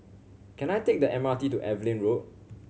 can I take the M R T to Evelyn Road